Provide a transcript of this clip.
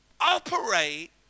operate